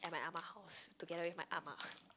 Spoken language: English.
at my ah ma house together with my ah ma